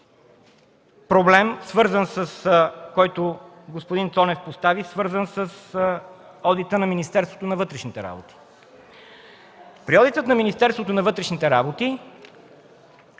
проблем, който господин Цонев постави, свързан с одита на Министерството на вътрешните работи. При одита на Министерството на вътрешните работи